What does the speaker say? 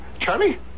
Charlie